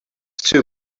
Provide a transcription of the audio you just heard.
too